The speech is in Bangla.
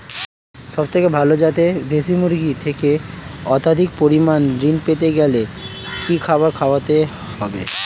সবথেকে ভালো যাতে দেশি মুরগির থেকে অত্যাধিক পরিমাণে ঋণ পেতে গেলে কি খাবার খাওয়াতে হবে?